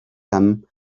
came